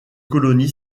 colonie